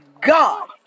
God